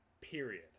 period